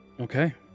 Okay